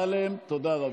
השר אמסלם, תודה רבה.